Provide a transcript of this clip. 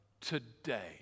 today